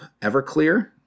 Everclear